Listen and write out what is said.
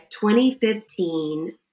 2015